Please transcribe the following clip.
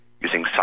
using